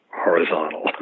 horizontal